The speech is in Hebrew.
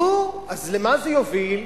נו, אז למה זה יוביל?